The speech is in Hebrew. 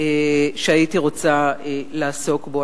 שהייתי רוצה לעסוק בו.